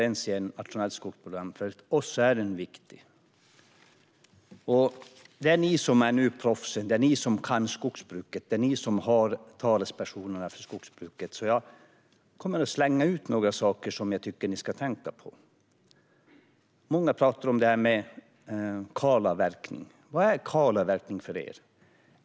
För oss är det nationella skogsprogrammet viktigt. Det är ni som är proffsen. Ni kan skogsbruket och har talespersoner för skogsbruket. Därför kommer jag att slänga fram några saker som jag tycker att ni ska tänka på. Många talar om kalavverkning. Vad är kalavverkning för er?